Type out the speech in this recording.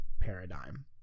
paradigm